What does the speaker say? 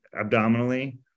abdominally